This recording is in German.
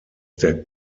der